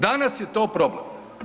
Danas je to problem.